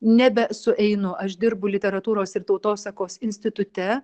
nebesueinu aš dirbu literatūros ir tautosakos institute